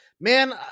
man